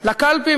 לקלפי,